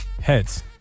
Heads